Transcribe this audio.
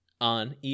on